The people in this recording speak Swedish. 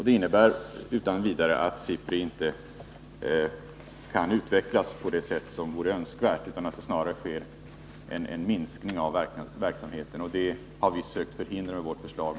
Det innebär otvivelaktigt att SIPRI inte kan utvecklas på det sätt som vore önskvärt — snarare kommer en minskning av verksamheten att ske — och det är detta som vi sökt förhindra med vårt förslag.